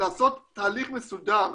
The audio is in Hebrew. לעשות תהליך מסודר